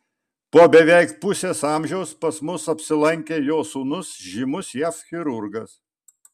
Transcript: po beveik pusės amžiaus pas mus apsilankė jo sūnus žymus jav chirurgas